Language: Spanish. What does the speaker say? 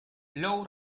law